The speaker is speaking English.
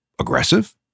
Aggressive